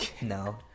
No